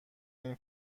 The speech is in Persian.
این